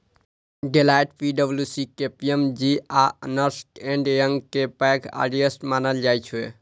Deloitte, पी.डब्ल्यू.सी, KPMG आ Ernst and Young कें पैघ ऑडिटर्स मानल जाइ छै